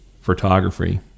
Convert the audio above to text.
photography